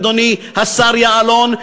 אדוני השר יעלון?